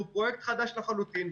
הוא פרויקט חדש לחלוטין.